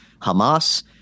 Hamas